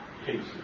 cases